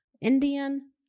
Indian